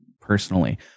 personally